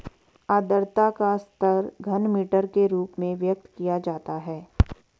आद्रता का स्तर घनमीटर के रूप में व्यक्त किया जाता है